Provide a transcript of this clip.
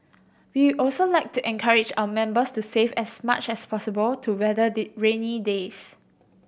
we also like to encourage our members to save as much as possible to weather did rainy days